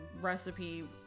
recipe